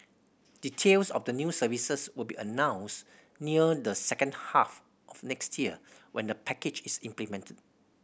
details of the new services will be announced near the second half of next year when the package is implemented